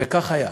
וכך היה.